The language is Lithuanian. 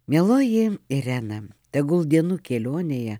mieloji irena tegul dienų kelionėje